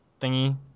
thingy